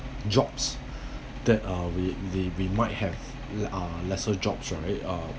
jobs that uh we we we might have uh lesser jobs right uh